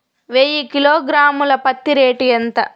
వెయ్యి కిలోగ్రాము ల పత్తి రేటు ఎంత?